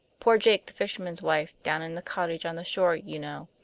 poor jake the fisherman's wife, down in the cottage on the shore, you know.